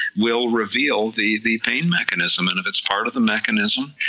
will reveal the the pain mechanism, and if it's part of the mechanism,